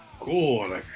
cool